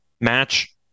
match